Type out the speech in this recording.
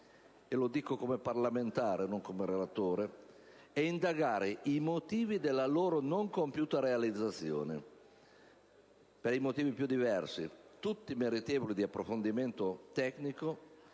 (e lo dico come parlamentare e non come relatore), è indagare i motivi della loro non compiuta realizzazione, per i motivi più diversi, tutti meritevoli di approfondimento tecnico